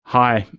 hi.